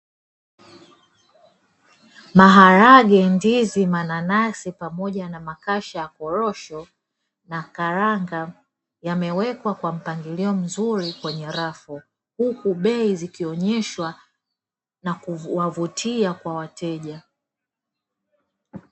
Maharage, ndizi, mananasi pamoja na makasha ya korosho na karanga yamewekwa kwa mpangilio mzuri kwenye rafu huku bei zikioneshwa na kuwavutia wateja.